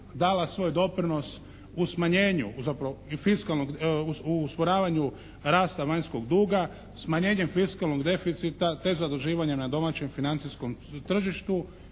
dala svoj doprinos u smanjenju zapravo i fiskalnog, u usporavanju rasta vanjskog duga smanjenjem fiskalnog deficita te zaduživanjem na domaćem financijskom tržištu